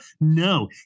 No